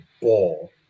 ball